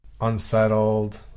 Unsettled